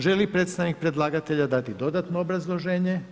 Želi li predstavnik predlagatelja dati dodatno obrazloženje?